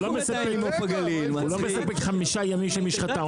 הוא לא מספק חמישה ימים של משחטה,